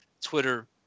Twitter